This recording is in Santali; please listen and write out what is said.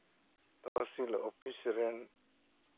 ᱛᱚᱯᱥᱤᱞ ᱚᱯᱷᱤᱥ ᱨᱮᱱ